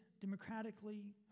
democratically